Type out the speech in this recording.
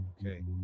Okay